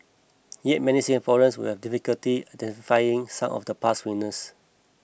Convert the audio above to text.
yet many Singaporeans will have difficulty identifying some of the past winners